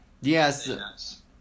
Yes